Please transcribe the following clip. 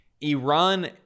Iran